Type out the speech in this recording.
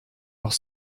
noch